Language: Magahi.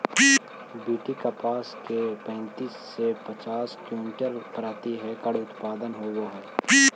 बी.टी कपास के पैंतीस से पचास क्विंटल प्रति हेक्टेयर उत्पादन होवे हई